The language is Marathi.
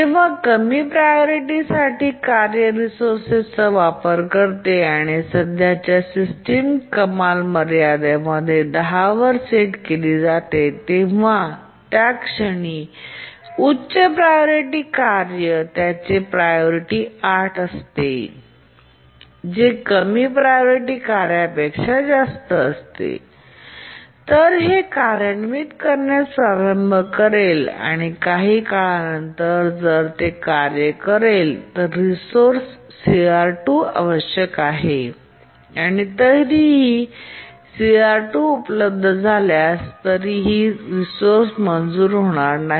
जेव्हा कमी प्रायोरिटी कार्य रिसोर्सचा वापर करते आणि सध्याची सिस्टीम कमाल मर्यादा 10 वर सेट केली जाते तेव्हा त्या क्षणी उच्च प्रायोरिटी कार्य ज्याचे प्रायोरिटी 8 असते जे कमी प्रायोरिटी कार्यापेक्षा जास्त असते तर ते कार्यान्वित करण्यास प्रारंभ करेल आणि काही काळा नंतर जर ते कार्य करेल रिसोर्स CR 2 आवश्यक आहे आणि तरीही CR 2 उपलब्ध असल्यास तरीही रिसोर्स मंजूर होणार नाही